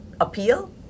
appeal